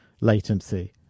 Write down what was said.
latency